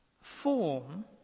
form